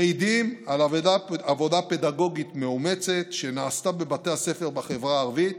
מעידים על עבודה פדגוגית מאומצת שנעשתה בבתי הספר בחברה הערבית,